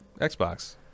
Xbox